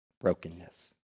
brokenness